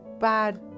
bad